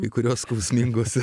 kai kurios skausmingos ir